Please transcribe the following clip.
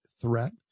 threat